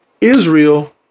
Israel